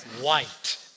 white